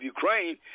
Ukraine